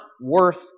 worth